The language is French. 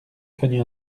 cogne